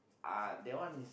uh that one is